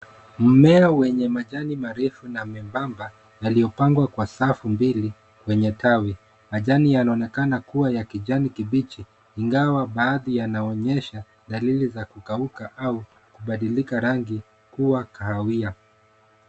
Mmea wenye majani marefu na mebamba, yaliyopangwa kwa safu mbili kwenye tawi, Majani yanaonekana kuwa ya kijani kibichi ingawa baadhi yanaonyesha dalili za kukauka au kubalilika rangi kuwa kahawia.